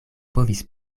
povis